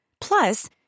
Plus